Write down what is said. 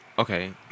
Okay